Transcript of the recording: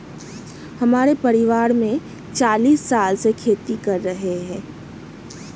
हमारे परिवार में चालीस साल से खेती कर रहे हैं